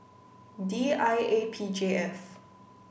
D I A P J F